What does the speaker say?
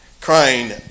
crying